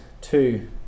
two